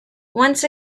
once